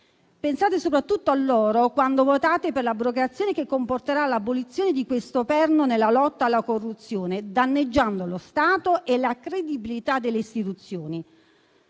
Pensate soprattutto a loro quando voterete per l'abrogazione, che comporterà l'abolizione di questo perno nella lotta alla corruzione, danneggiando lo Stato e la credibilità delle istituzioni,